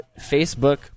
Facebook